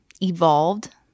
evolved